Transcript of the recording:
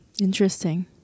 Interesting